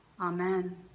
Amen